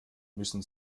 müssen